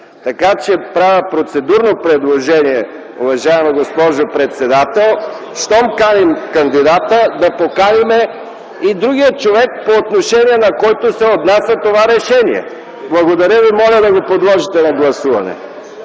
поканите? Правя процедурно предложение, уважаема госпожо председател, щом каним кандидата, да поканим и другия човек, по отношение на който се отнася това решение. Благодаря Ви. Моля да го подложите на гласуване.